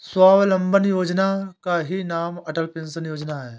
स्वावलंबन योजना का ही नाम अटल पेंशन योजना है